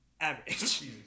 average